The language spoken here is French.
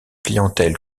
clientèle